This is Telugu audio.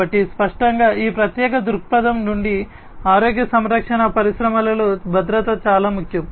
కాబట్టి స్పష్టంగా ఈ ప్రత్యేక దృక్పథం నుండి ఆరోగ్య సంరక్షణ పరిశ్రమలో భద్రత చాలా ముఖ్యం